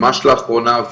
ממש לאחרונה,